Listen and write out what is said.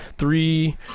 Three